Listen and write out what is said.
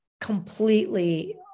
completely